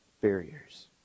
barriers